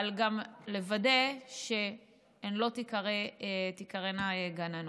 אבל גם לוודא שהן לא תיקראנה "גננות".